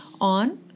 on